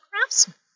craftsman